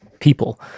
people